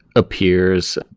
appears,